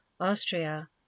austria